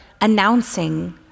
announcing